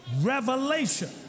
Revelation